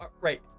Right